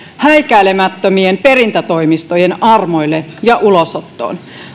häikäilemättömien perintätoimistojen armoille ja ulosottoon